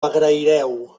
agraireu